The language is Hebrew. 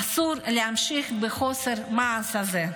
אסור להמשיך בחוסר המעש הזה.